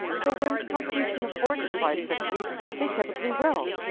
so when companies can afford to provide sick leave, they typically will.